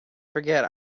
forget